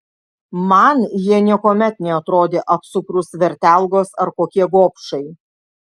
man jie niekuomet neatrodė apsukrūs vertelgos ar kokie gobšai